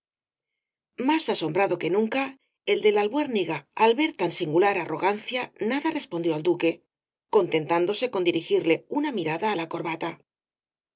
más asombrado que nunca el de la albuérniga al ver tan singular arrogancianada respondió al duque contentándose con dirigirle una mirada á la corbata